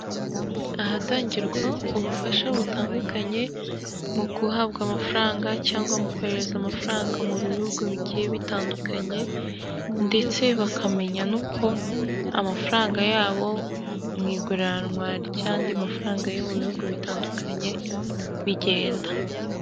Ahatangirwa ubufasha butandukanye mu guhabwa amafaranga cyangwa mu kohereza amafaranga mu bihugu bigiye bitandukanye, ndetse bakamenya n'uko amafaranga yabo mu iguranwa ry'andi mafaranga yo mu bihugu bitandukanye bigenda.